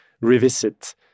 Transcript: revisit